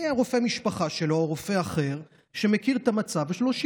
רופא משפחה שלו או רופא אחר שמכיר את המצב שלו,